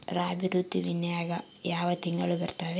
ರಾಬಿ ಋತುವಿನ್ಯಾಗ ಯಾವ ತಿಂಗಳು ಬರ್ತಾವೆ?